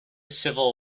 civil